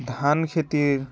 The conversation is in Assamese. ধান খেতিৰ